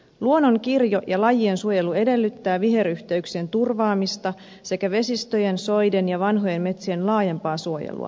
luonnon kirjo ja lajien suojelu edellyttää viheryhteyksien turvaamista sekä vesistöjen soiden ja vanhojen metsien laajempaa suojelua